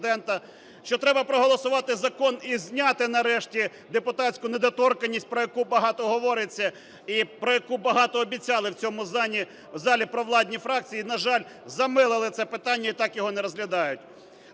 Що треба проголосувати закон і зняти нарешті депутатську недоторканність про яку багато говориться і про яку багато обіцяли в цьому залі провладні фракції і, на жаль, замилили це питання і так його не розглядають.